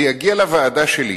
זה יגיע לוועדה שלי,